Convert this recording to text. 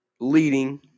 leading